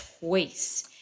choice